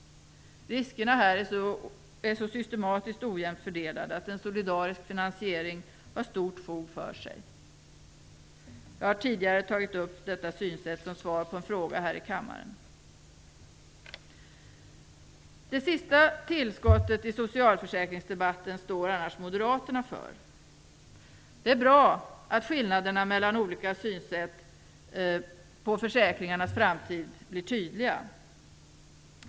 Riskerna är så systematiskt ojämnt fördelade att en solidarisk finansiering har stort fog för sig. Jag har tidigare tagit upp detta synsätt i ett svar på en fråga här i kammaren. Det senaste tillskottet till socialförsäkringsdebatten står annars Moderaterna för. Det är bra att skillnaderna mellan olika synsätt beträffande försäkringarnas framtid blir tydliga.